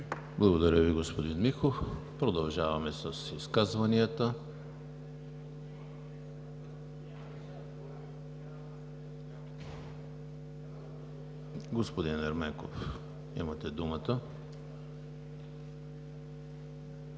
Благодаря Ви, господин Михов. Продължаваме с изказванията. Господин Ерменков, имате думата.